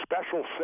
special